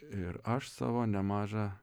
ir aš savo nemažą